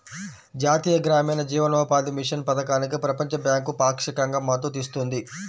జాతీయ గ్రామీణ జీవనోపాధి మిషన్ పథకానికి ప్రపంచ బ్యాంకు పాక్షికంగా మద్దతు ఇస్తుంది